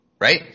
right